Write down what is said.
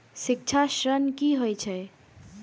शिक्षा ऋण की होय छै?